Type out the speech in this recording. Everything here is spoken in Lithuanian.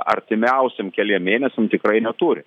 artimiausiom keliem mėnesiam tikrai neturi